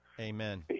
amen